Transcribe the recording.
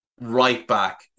right-back